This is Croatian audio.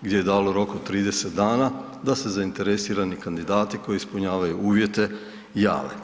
gdje je dao rok od 30 dana da se zainteresirani kandidati koji ispunjavaju uvjete jave.